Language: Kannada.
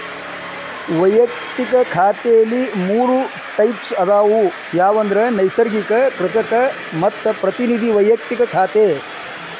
ವಯಕ್ತಿಕ ಖಾತೆಲಿ ಮೂರ್ ಟೈಪ್ಸ್ ಅದಾವ ಅವು ಯಾವಂದ್ರ ನೈಸರ್ಗಿಕ, ಕೃತಕ ಮತ್ತ ಪ್ರತಿನಿಧಿ ವೈಯಕ್ತಿಕ ಖಾತೆ